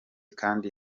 kandi